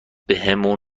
بهمون